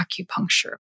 acupuncture